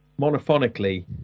monophonically